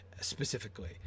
specifically